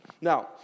Now